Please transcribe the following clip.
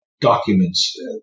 documents